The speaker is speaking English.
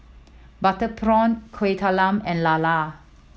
butter prawn Kueh Talam and lala